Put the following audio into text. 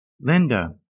Linda